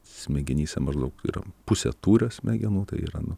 smegenyse maždaug pusė tūrio smegenų tai yra nu